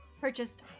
purchased